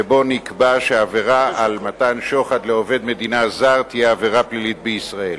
שבו נקבע שעבירת מתן שוחד לעובד מדינה זר תהיה עבירה פלילית בישראל.